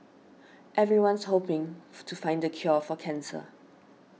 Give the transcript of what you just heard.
everyone's hoping to find the cure for cancer